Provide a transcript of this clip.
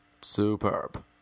Superb